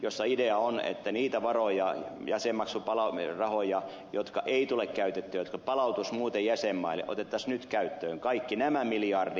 ideana myöskin on että niitä varoja jäsenmaksurahoja joita ei tule käytettyä jotka palautuisivat muuten jäsenmaille otettaisiin nyt käyttöön kaikki nämä miljardit